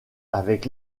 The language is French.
avec